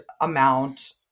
amount